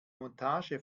montage